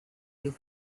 you